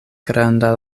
granda